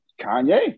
Kanye